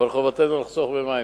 אבל חובתנו לחסוך במים.